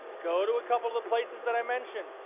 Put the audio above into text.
go to a couple of the places that i mentioned,